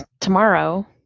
tomorrow